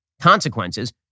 consequences